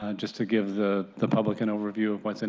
ah just to give the the public an overview of what is in